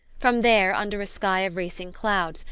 from there, under a sky of racing clouds,